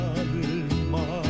alma